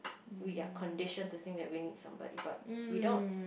we are conditioned to think that we need somebody but we don't